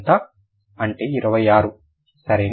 అంటే 26 సరేనా